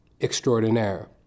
extraordinaire